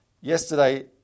Yesterday